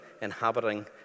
inhabiting